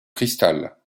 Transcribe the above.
cristal